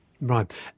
Right